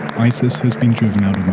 isis has been driven out